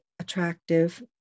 attractive